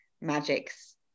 magics